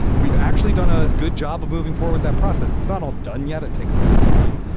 and we've actually done a good job of moving forward that process. it's not all done yet. it takes a long time,